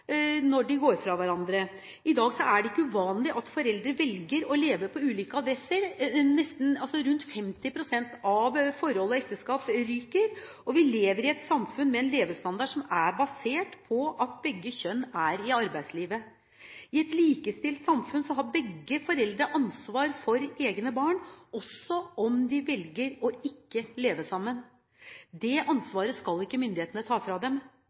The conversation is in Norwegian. når de går fra hverandre. I dag er det ikke uvanlig at foreldre velger å leve på ulike adresser. Rundt 50 pst. av forhold og ekteskap ryker, og vi lever i et samfunn med en levestandard som er basert på at begge kjønn er i arbeidslivet. I et likestilt samfunn har begge foreldre ansvar for egne barn, også om de ikke velger å leve sammen. Det ansvaret skal ikke myndighetene ta fra dem.